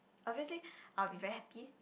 obviously I'll be very happy